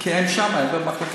כי אין שם, אין במחלקה.